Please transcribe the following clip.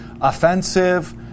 offensive